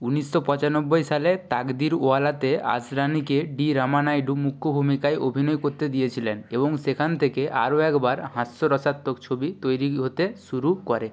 উনিশশো পঁচানব্বই সালের তাকদিরওয়ালা তে আসরানিকে ডি রামানাইডু মুখ্য ভূমিকায় অভিনয় করতে দিয়েছিলেন এবং সেখান থেকে আরও একবার হাস্যরসাত্মক ছবি তৈরি হতে শুরু করে